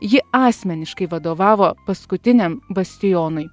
ji asmeniškai vadovavo paskutiniam bastionui